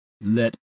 let